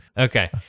Okay